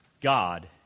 God